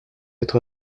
être